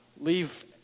leave